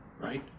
right